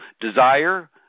desire